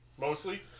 mostly